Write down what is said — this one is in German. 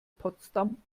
potsdam